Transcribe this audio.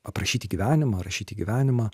aprašyti gyvenimą rašyti gyvenimą